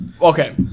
Okay